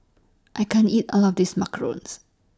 I can't eat All of This Macarons